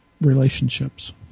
relationships